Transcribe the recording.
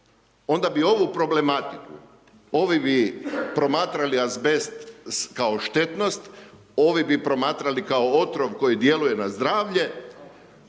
onda bi ovu problematiku, ovi bi promatrali azbest kao štetnost, ovi bi promatrali kao otrov koji djeluje na zdravlje,